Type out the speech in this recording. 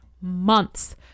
months